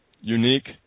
unique